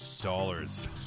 dollars